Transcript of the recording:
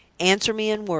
answer me in words.